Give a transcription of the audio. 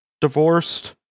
divorced